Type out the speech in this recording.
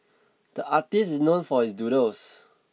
the artist is known for his doodles